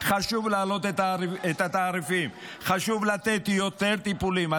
חשוב להעלות את התעריפים, חשוב לתת יותר טיפולים.